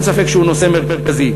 אין ספק שהוא נושא מרכזי.